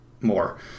more